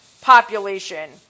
population